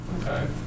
Okay